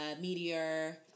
meteor